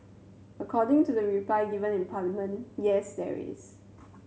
according to the reply given in Parliament yes there is